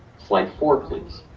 slide four, please.